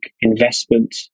investment